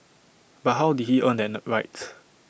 but how did he earn that the right